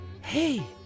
hey